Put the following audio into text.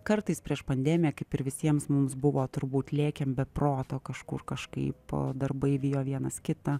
kartais prieš pandemiją kaip ir visiems mums buvo turbūt lėkėm be proto kažkur kažkaip darbai vijo vienas kitą